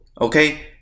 okay